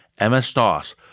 MS-DOS